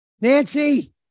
Nancy